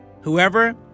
Whoever